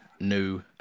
new